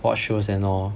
watch shows and all